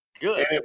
Good